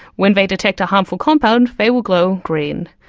when they detect a harmful compound they will glow green.